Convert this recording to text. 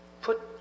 put